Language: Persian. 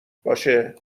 باشه